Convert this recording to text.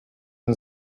and